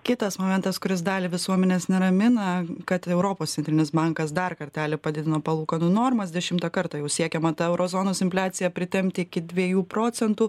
kitas momentas kuris dalį visuomenės neramina kad europos centrinis bankas dar kartelį padidino palūkanų normas dešimtą kartą jau siekiama tą euro zonos infliaciją pritempti iki dviejų procentų